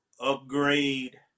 upgrade